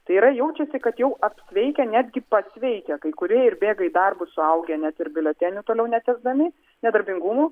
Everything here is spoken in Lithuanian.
tai yra jaučiasi kad jau apsveikę netgi pasveikę kai kurie ir bėga į darbus suaugę net ir biuletenį toliau netęsdami nedarbingumo